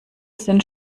sind